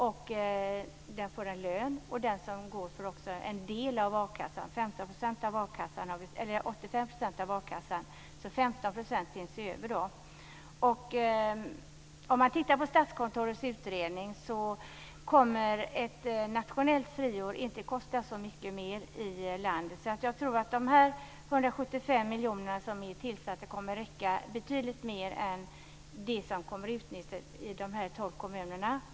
Den personen får alltså lön, och den som går får en del av akassan - 85 %, så 15 % finns över. Sett till Statskontorets utredning kommer ett nationellt friår inte att kosta så mycket mer i landet. Jag tror därför att de 175 miljoner som vi tillsatt kommer att räcka betydligt längre än vad som kommer att utnyttjas i de tolv kommunerna.